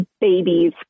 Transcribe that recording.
babies